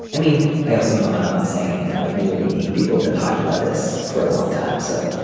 i mean i also know that i'm not saying anything like new or unique. people have been talking about this for a long time so